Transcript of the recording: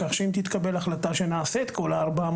כך שאם תתקבל החלטה שנעשה את כל ה-400,